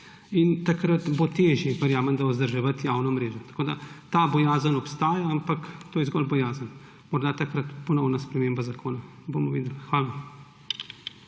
bo takrat težje vzdrževati javno mrežo. Ta bojazen obstaja, ampak to je zgolj bojazen. Morda takrat ponovna sprememba zakona, bomo videli. Hvala.